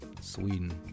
Sweden